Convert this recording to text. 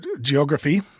geography